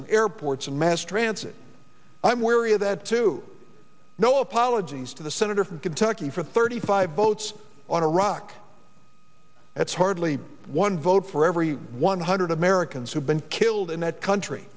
and airports and mass transit i'm wary of that too no apologies to the senator from kentucky for thirty five votes on iraq that's hardly one vote for every one hundred americans have been killed in that country